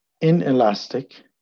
inelastic